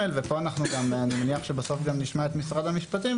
ואני מניח שבנקודה זו נשמע גם את משרד המשפטים,